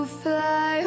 fly